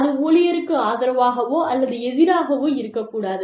அது ஊழியருக்கு ஆதரவாகவோ அல்லது எதிராகவோ இருக்கக்கூடாது